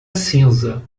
cinza